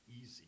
easy